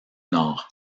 nord